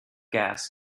gas